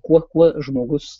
kuo kuo žmogus